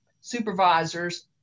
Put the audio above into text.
supervisors